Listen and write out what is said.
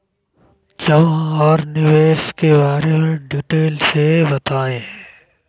जमा और निवेश के बारे में डिटेल से बताएँ?